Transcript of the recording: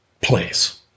place